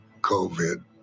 COVID